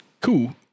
Cool